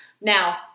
Now